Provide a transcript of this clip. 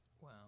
Wow